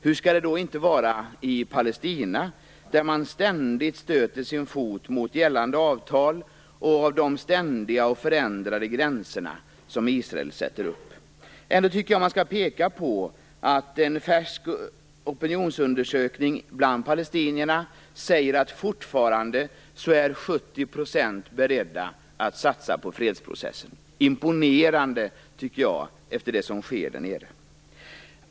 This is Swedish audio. Hur skall det då inte vara i Palestina, där man ständigt stöter sin fot mot gällande avtal och de ständigt förändrade gränser som Israel sätter upp? Jag tycker ändå att man skall peka på att en färsk opinionsundersökning bland palestinierna säger att 70 % fortfarande är beredda att satsa på fredsprocessen. Jag tycker att det är imponerande efter det som sker där nere.